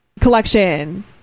collection